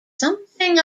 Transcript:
something